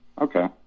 Okay